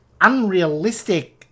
unrealistic